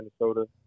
Minnesota